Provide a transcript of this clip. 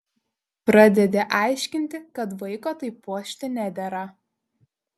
pradedi aiškinti kad vaiko taip puošti nedera